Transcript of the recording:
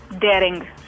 daring